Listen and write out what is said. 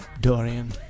Dorian